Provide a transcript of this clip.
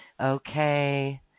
Okay